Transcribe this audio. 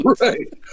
Right